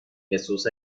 jesús